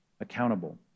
accountable